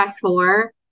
four